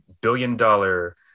billion-dollar